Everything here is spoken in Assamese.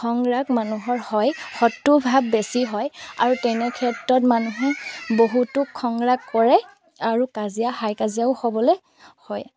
খং ৰাগ মানুহৰ হয় শত্ৰু ভাব বেছি হয় আৰু তেনে ক্ষেত্ৰত মানুহে বহুতো খং ৰাগ কৰে আৰু কাজিয়া হাই কাজিয়াও হ'বলৈ হয়